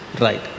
right